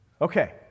Okay